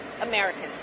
Americans